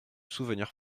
souvenir